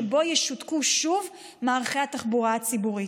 שבו ישותקו שוב מערכי התחבורה הציבורית.